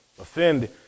offend